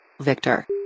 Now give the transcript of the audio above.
Victor